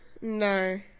No